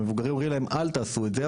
המבוגרים אומרים להם אל תעשו את זה,